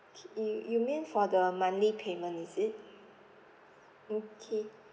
okay you mean for the monthly payment is it okay